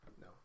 no